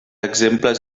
exemples